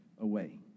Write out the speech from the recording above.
away